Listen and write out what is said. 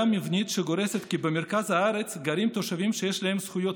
מבנית שבה במרכז הארץ גרים תושבים שיש להם זכויות